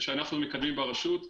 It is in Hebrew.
שאנחנו מקדמים ברשות,